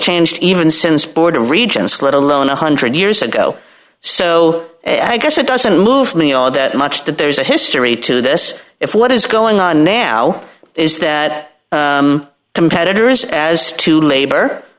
changed even since board of regents let alone one hundred years ago so i guess it doesn't move me all that much that there's a history to this if what is going on now is that competitors as to labor